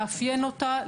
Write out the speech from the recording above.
לאפיין אותה,